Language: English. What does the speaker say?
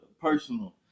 personal